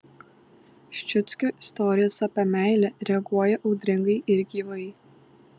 ščiuckio istorijas apie meilę reaguoja audringai ir gyvai